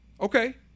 okay